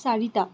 চাৰিটা